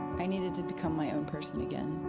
i needed to become my own person again.